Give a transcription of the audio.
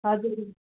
हजुर